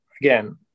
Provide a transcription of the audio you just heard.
again